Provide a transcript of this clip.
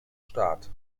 start